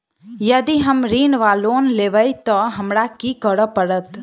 यदि हम ऋण वा लोन लेबै तऽ हमरा की करऽ पड़त?